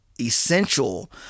essential